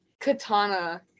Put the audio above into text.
katana